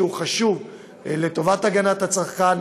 שהוא חשוב לטובת הגנת הצרכן,